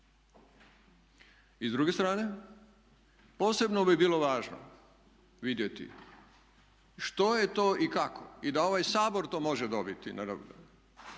I s druge strane, posebno bi bilo važno vidjeti što je to i kako i da ovaj Sabor to može dobiti